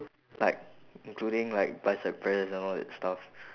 like including like bicep press and all that stuff